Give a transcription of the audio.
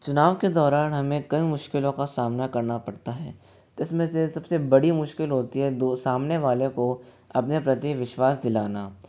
चुनाव के दौरान हमें कई मुश्किलों का सामना करना पड़ता है जिसमें से सबसे बड़ी मुश्किल होती है दो सामने वालों को अपनी प्रति विश्वास दिलाना